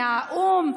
מהאו"ם.